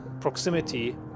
proximity